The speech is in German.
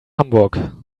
hamburg